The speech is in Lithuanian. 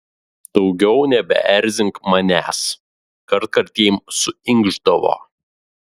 daugiau nebeerzink manęs kartkartėm suinkšdavo